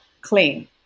clean